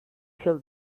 kill